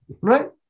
Right